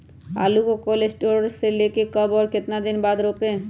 आलु को cold store से ले के कब और कितना दिन बाद रोपे?